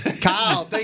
Kyle